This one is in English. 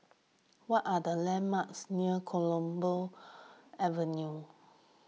what are the landmarks near Copeland Avenue